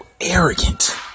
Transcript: arrogant